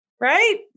right